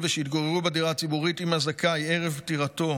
ושהתגוררו בדירה הציבורית עם הזכאי ערב פטירתו